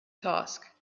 task